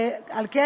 על כן,